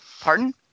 pardon